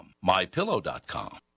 MyPillow.com